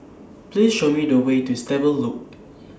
Please Show Me The Way to Stable Loop